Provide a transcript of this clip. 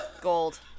Gold